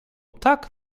tak